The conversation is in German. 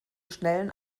schnellen